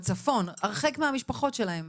בצפון, הרחק מהמשפחות שלהן.